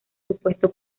supuesto